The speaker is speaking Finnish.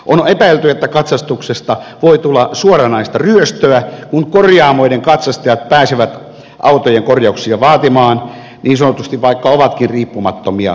on epäilty että katsastuksesta voi tulla suoranaista ryöstöä kun korjaamoiden katsastajat pääsevät autojen korjauksia niin sanotusti vaatimaan vaikka ovatkin riippumattomia näistä korjaamoista